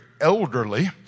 elderly